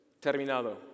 Terminado